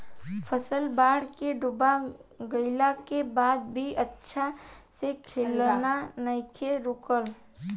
फसल बाढ़ में डूब गइला के बाद भी अच्छा से खिलना नइखे रुकल